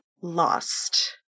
lost